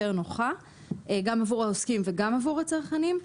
נוחה גם עבור העוסקים וגם עבור הצרכנים.